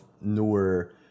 newer